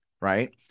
right